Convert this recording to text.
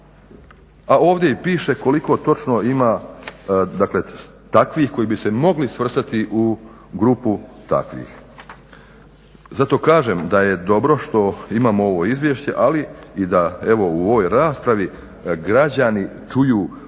A ovdje i piše koliko točno ima takvih koji bi se mogli svrstati u grupu takvih. Zato kažem da je dobro što imamo ovo izvješće ali i da evo u ovoj raspravi građani čuju o